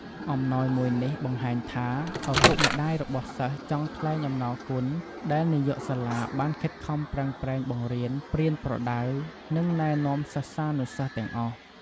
អំណោយមួយនេះបង្ហាញថា ឪពុកម្ដាយរបស់សិស្សចង់ថ្លែងអំណរគុណដែលនាយកសាលាបានខិតខំប្រឹងប្រែង បង្រៀន ប្រៀនប្រដៅ និងណែនាំសិស្សានុសិស្សទាំងអស់។